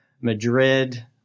Madrid